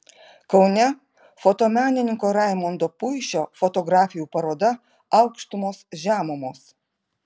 kaune fotomenininko raimondo puišio fotografijų paroda aukštumos žemumos